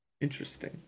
Interesting